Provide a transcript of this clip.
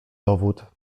dowód